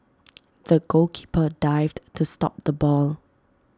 the goalkeeper dived to stop the ball